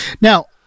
Now